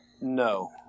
No